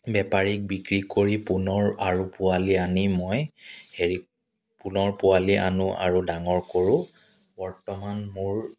বেপাৰীক বিক্ৰী কৰি পুনৰ আৰু পোৱালি আনি মই হেৰি পুনৰ পোৱালি আনো আৰু ডাঙৰ কৰোঁ বৰ্তমান মোৰ